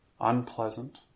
unpleasant